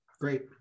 great